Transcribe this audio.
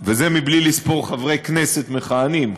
וזה בלי לספור חברי כנסת מכהנים,